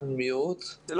בן ארי, את נמצאת איתנו?